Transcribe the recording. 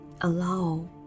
Allow